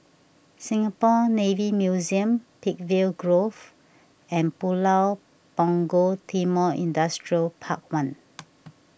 Singapore Navy Museum Peakville Grove and Pulau Punggol Timor Industrial Park one